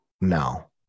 no